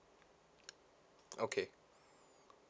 okay